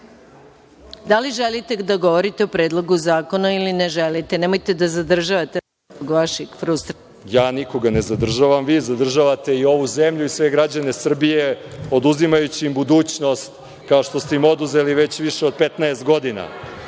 li želite da govorite o predlogu zakona ili ne želite? Nemojte da zadržavate zbog vaših frustracija. **Marko Đurišić** Ja nikoga ne zadržavam, vi zadržavate i ovu zemlju i sve građane Srbije oduzimajući im budućnost, kao što ste im oduzeli već više od 15 godina. Zakon